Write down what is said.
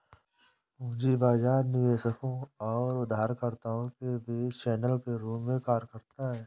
पूंजी बाजार निवेशकों और उधारकर्ताओं के बीच चैनल के रूप में कार्य करता है